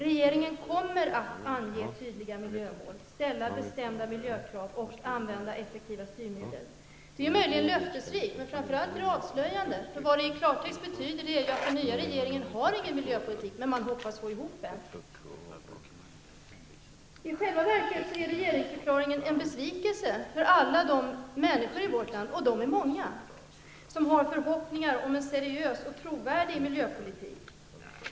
Regeringen kommer att ange tydliga miljömål, ställa bestämda miljökrav och använda effektiva styrmedel. Det är möjligen löftesrikt, men framför allt är det avslöjande. Vad det i klartext betyder är att den nya regeringen inte har någon miljöpolitik, men att man hoppas få ihop en. I själva verket är regeringsförklaringen en besvikelse för alla de människor i vårt land, och de är många, som har förhoppningar om en seriös och trovärdig miljöpolitik.